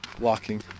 walking